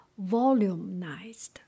volumized